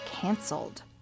canceled